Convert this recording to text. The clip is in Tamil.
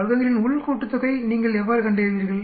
வர்க்கங்களின் உள் கூட்டுத்தொகை நீங்கள் எவ்வாறு கண்டறிவீர்கள்